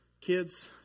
kids